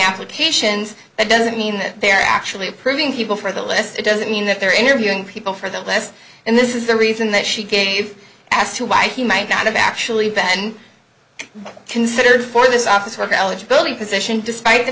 applications that doesn't mean that they're actually approving people for the list it doesn't mean that they're interviewing people for the last and this is the reason that she gave as to why he might not have actually been considered for this office worker eligibility position despite the